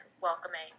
welcoming